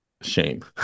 shame